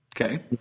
Okay